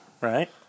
right